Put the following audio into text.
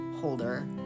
holder